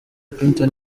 clinton